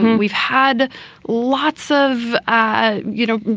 we've had lots of ah you know,